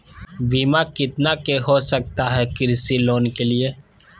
बीमा कितना के हो सकता है कृषि लोन के लिए?